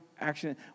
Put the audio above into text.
Action